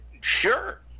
sure